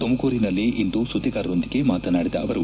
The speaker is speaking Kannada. ತುಮಕೂರಿನಲ್ಲಿಂದು ಸುದ್ದಿಗಾರರೊಂದಿಗೆ ಮಾತನಾಡಿದ ಅವರು